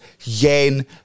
yen